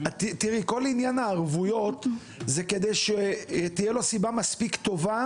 כל עניין הערבויות זה כדי שתהיה לו סיבה מספיק טובה